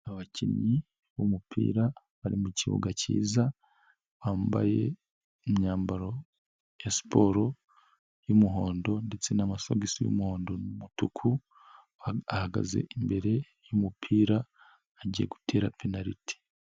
Abakinnyi b'umupira bari mu kibuga kiza. Bambaye imyambaro ya siporo y'umuhondo ndetse n'amasogisi y'umuhondo n'umutuku. Bahagaze imbere y'umupira agiye gutera penaliti.